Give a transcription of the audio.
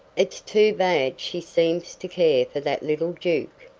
it's too bad she seems to care for that little duke.